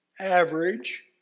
average